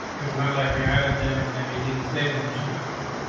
so it's not like we added them and maybe didn't save them or something like that.